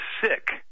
sick